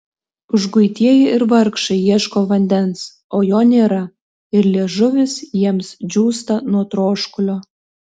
užguitieji ir vargšai ieško vandens o jo nėra ir liežuvis jiems džiūsta nuo troškulio